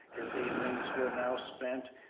his evenings were now spent,